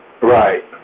Right